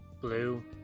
blue